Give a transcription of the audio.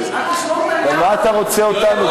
למה אתה רוצה אותנו?